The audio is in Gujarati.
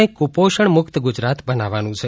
આપણે કુપોષણમુકત ગુજરાત બનાવવું છે